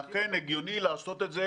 ואכן הגיוני לעשות את זה.